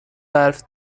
برف